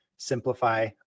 simplify